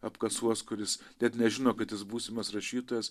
apkasuos kuris net nežino kad jis būsimas rašytojas